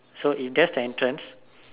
so if that's the entrance